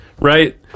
right